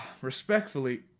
respectfully